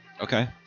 Okay